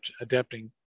adapting